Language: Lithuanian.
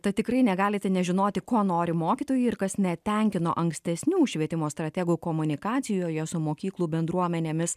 tad tikrai negalite nežinoti ko nori mokytojai ir kas netenkino ankstesnių švietimo strategų komunikacijoje su mokyklų bendruomenėmis